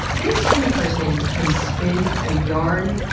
this human person can spin a yarn.